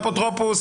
לאפוטרופוס,